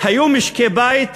היו משקי בית